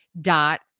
dot